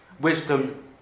Wisdom